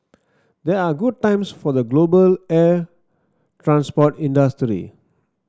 there are good times for the global air transport industry